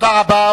תודה רבה.